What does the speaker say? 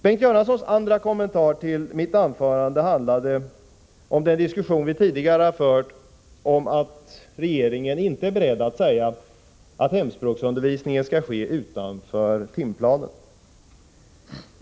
Bengt Göranssons andra kommentar till mitt anförande handlade om den diskussion vi tidigare har fört om att regeringen inte är beredd att säga att hemspråksundervisningen skall ske utanför timplanen.